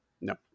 no